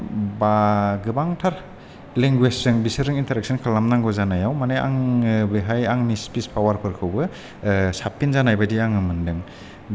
माने बा गोबांथार लेंगुवेजजों बिसोरजों इन्टारेक्शोन खालामनांगौ जानायाव माने आङो बेहाय आंनि स्पिस पावारफोरखौबो साबसिन जानाय बायदि आङो मोनदों